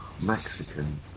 Mexican